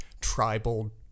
tribal